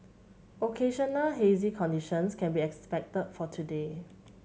occasional hazy conditions can be expected for today